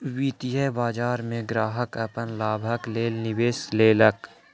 वित्तीय बाजार में ग्राहक अपन लाभक लेल निवेश केलक